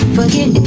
forget